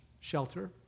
shelter